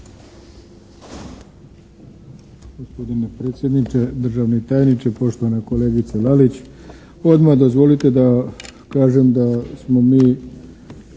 Gospodine predsjedniče, državni tajniče, poštovana kolegice Lalić. Odmah dozvolite da kažem da smo mi